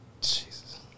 Jesus